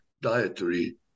dietary